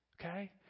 Okay